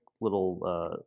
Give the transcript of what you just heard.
little